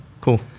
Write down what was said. Cool